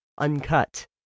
uncut